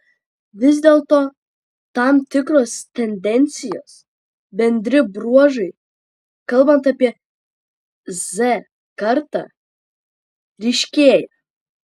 vis dėlto tam tikros tendencijos bendri bruožai kalbant apie z kartą ryškėja